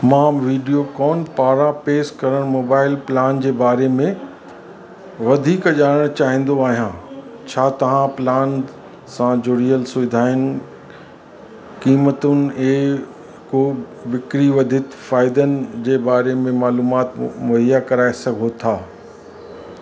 मां वीडियोकॉन पारां पेश कयल मोबाइल प्लान जे बारे में वधीक ॼाणणु चाहींदो आहियां छा तव्हां प्लान सां जुड़ियलु सुविधाउनि क़ीमतुनि ऐं को विकिरी वधीत फ़ाइदनि जे बारे में मालूमात मुहैया कराए सघो था